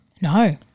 No